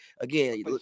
again